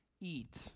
eat